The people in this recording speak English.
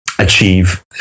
achieve